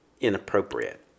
inappropriate